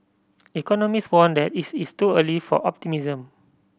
economist warned that it is too early for optimism